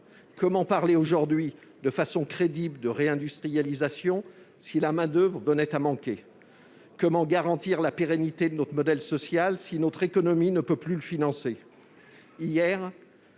Comment parler aujourd'hui de façon crédible de réindustrialisation si la main-d'oeuvre venait à manquer ? Comment garantir la pérennité de notre modèle social si notre économie ne peut plus le financer ?